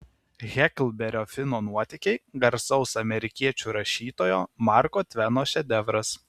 heklberio fino nuotykiai garsaus amerikiečių rašytojo marko tveno šedevras